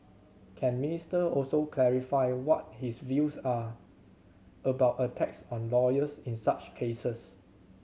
can Minister also clarify what his views are about attacks on lawyers in such cases